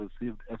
received